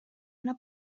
una